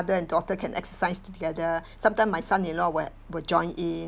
mother and daughter can exercise together sometimes my son you know will would join in